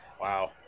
Wow